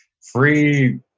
free